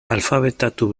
alfabetatu